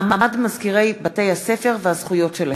מסעוד גנאים בנושא: מעמד מזכירי בתי-הספר וזכויותיהם.